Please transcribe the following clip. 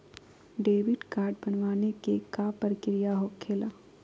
Debit card बनवाने के का प्रक्रिया होखेला?